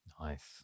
Nice